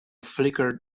flickered